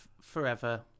Forever